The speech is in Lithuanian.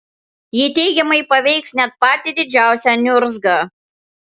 ji teigiamai paveiks net patį didžiausią niurzgą